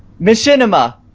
machinima